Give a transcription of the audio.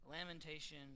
lamentation